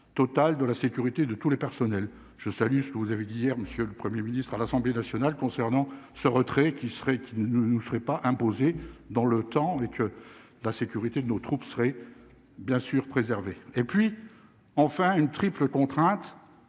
totale de la sécurité de tous les personnels, je salue ce que vous avez dit hier, monsieur le 1er ministre à l'Assemblée nationale concernant ce retrait, qui serait, qui ne seraient pas imposés dans le temps et que la sécurité de nos troupes seraient bien sûr préservé et puis enfin une triple contrainte